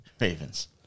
Ravens